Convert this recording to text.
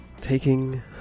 taking